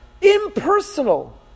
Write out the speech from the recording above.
impersonal